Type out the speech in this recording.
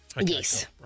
Yes